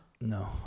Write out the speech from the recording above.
No